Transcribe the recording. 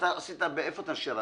איפה אתה שרתת?